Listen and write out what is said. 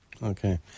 Okay